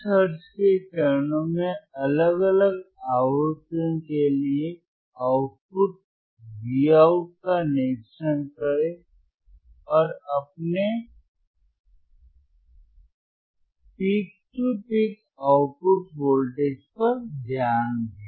20 hertz के चरणों में अलग अलग आवृत्ति के लिए आउटपुट Vout का निरीक्षण करें और अपने peak to peak output voltage पर ध्यान दें